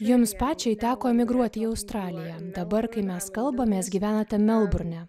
jums pačiai teko emigruoti į australiją dabar kai mes kalbamės gyvenate melburne